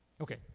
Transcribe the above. Okay